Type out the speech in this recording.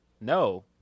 no